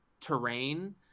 terrain